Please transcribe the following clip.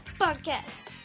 podcast